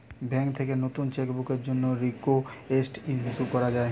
bank থেকে নতুন cheque বুকের জন্যে রিকোয়েস্ট ইস্যু করা যায়